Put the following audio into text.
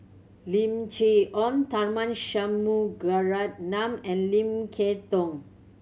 Lim Chee Onn Tharman Shanmugaratnam and Lim Kay Tong